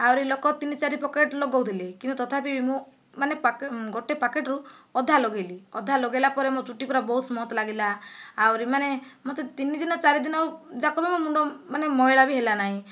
ଆହୁରି ଲୋକ ତିନି ଚାରି ପ୍ୟାକେଟ ଲଗାଉଥିଲେ କିନ୍ତୁ ତଥାପି ମୁଁ ମାନେ ଗୋଟିଏ ପ୍ୟାକେଟରୁ ଅଧା ଲଗାଇଲି ଅଧା ଲଗାଇଲା ପରେ ମୋ ଚୁଟି ପୁରା ବହୁତ ସ୍ମୁଥ ଲାଗିଲା ଆହୁରି ମାନେ ମୋତେ ତିନି ଦିନ ଚାରି ଦିନ ଯାକେ ବି ମୋ ମୁଣ୍ଡ ମାନେ ମଇଳା ବି ହେଲା ନାହିଁ